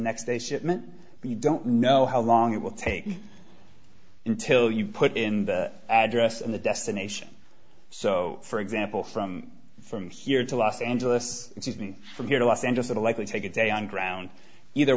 next day shipment we don't know how long it will take until you put in the address and the destination so for example from from here to los angeles in sydney from here to los angeles at a likely take a day on ground either